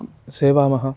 सेवामः